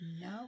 No